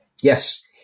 Yes